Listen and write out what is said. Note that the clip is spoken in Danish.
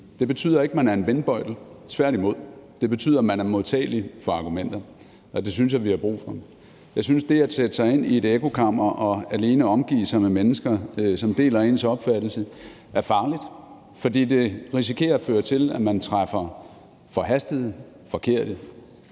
Det betyder ikke, at man er en vindbøjtel – tværtimod. Det betyder, at man er modtagelig for argumenter, og det synes jeg vi har brug for. Jeg synes, det at sætte sig ind i et ekkokammer og alene omgive sig med mennesker, som deler ens opfattelse, er farligt, fordi det risikerer at føre til, at man træffer forhastede, forkerte